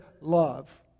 love